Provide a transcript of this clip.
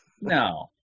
No